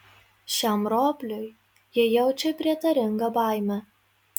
šiam ropliui jie jaučia prietaringą baimę